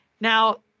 Now